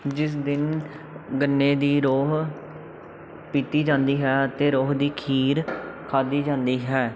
ਜਿਸ ਦਿਨ ਗੰਨੇ ਦੀ ਰੋਹ ਪੀਤੀ ਜਾਂਦੀ ਹੈ ਅਤੇ ਰੋਹ ਦੀ ਖੀਰ ਖਾਧੀ ਜਾਂਦੀ ਹੈ